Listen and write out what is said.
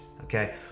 okay